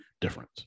difference